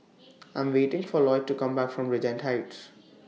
I Am waiting For Lloyd to Come Back from Regent Heights